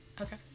Okay